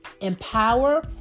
empower